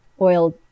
oil